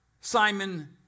Simon